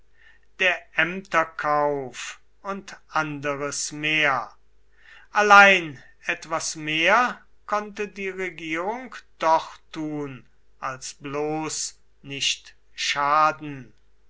der ämterkauf und anderes mehr allein etwas mehr konnte die regierung doch tun als bloß nicht schaden